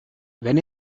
wenn